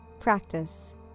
Practice